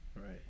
Right